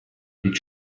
did